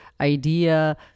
idea